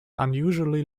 unusually